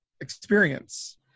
experience